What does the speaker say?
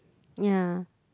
ya